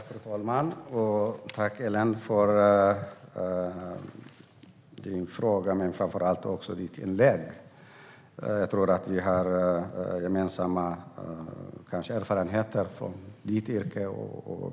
Fru talman! Jag tackar Ellen Juntti för frågan men framför allt för hennes inlägg. Jag tror att vi har liknande erfarenheter från våra yrken.